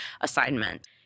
assignment